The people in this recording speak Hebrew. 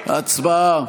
הצבעה.